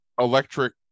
electric